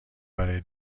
برای